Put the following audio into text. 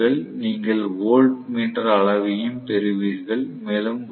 நீங்கள் வோல்ட்மீட்டர் அளவையும் பெறுவீர்கள் மேலும் வாட்மீட்டர் அளவையும் பெறுவீர்கள்